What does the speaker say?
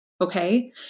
okay